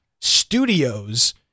studios